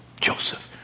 Joseph